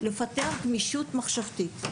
לפתח גמישות מחשבתית,